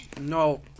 No